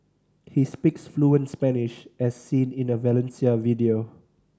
he speaks fluent Spanish as seen in a Valencia video